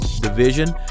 division